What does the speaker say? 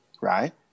right